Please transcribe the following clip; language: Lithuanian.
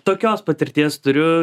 tokios patirties turiu